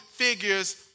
figures